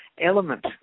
element